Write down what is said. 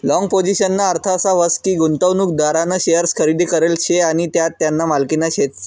long पोझिशनना अर्थ असा व्हस की, गुंतवणूकदारना शेअर्स खरेदी करेल शे आणि त्या त्याना मालकीना शेतस